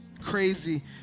crazy